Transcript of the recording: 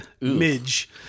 Midge